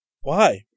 Why